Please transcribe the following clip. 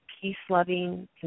peace-loving